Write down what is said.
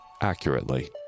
accurately